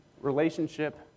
relationship